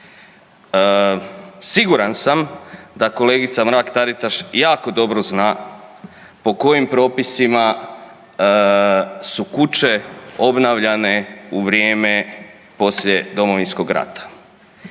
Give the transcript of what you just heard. Siguran sam da kolegica Mrak-Taritaš jako dobro zna po kojim propisima su kuće obnavljane u vrijeme poslije Domovinskog rata